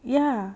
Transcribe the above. ya